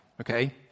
okay